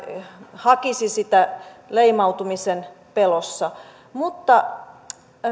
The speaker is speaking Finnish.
hakisi sitä leimautumisen pelossa